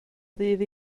ddydd